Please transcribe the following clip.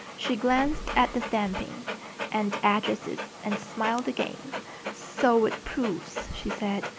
she glanced at the stamping and addresses and smiled again so it proves, she said.